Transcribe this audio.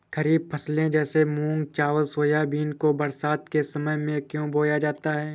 खरीफ फसले जैसे मूंग चावल सोयाबीन को बरसात के समय में क्यो बोया जाता है?